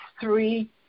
three